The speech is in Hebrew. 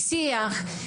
שיח,